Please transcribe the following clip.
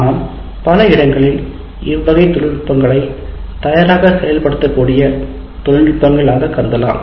ஆனால் பல இடங்களில் இவ்வகை தொழில்நுட்பங்களை தயாராக செயல்படுத்தக்கூடிய தொழில்நுட்பங்கள் ஆக கருதலாம்